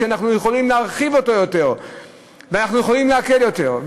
כשאנחנו יכולים להרחיב אותו ואנחנו יכולים להקל יותר?